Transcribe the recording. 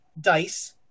dice